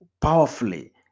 powerfully